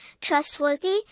trustworthy